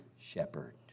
shepherd